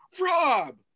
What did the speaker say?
Rob